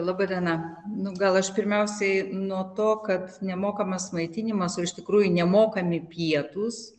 laba diena nu gal aš pirmiausiai nuo to kad nemokamas maitinimas o iš tikrųjų nemokami pietūs